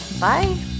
Bye